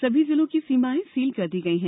सभी जिलों की सीमाएं सील कर दी गई है